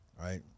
right